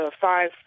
five